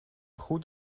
goed